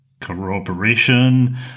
corroboration